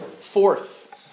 Fourth